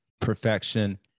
perfection